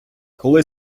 коли